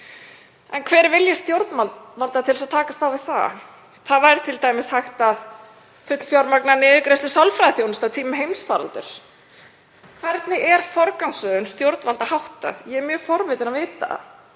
Hver er vilji stjórnvalda til að takast á við það? Það væri t.d. hægt að fullfjármagna niðurgreiðslu sálfræðiþjónustu á tímum heimsfaraldurs. Hvernig er forgangsröðun stjórnvalda háttað? Ég er mjög forvitin að heyra það.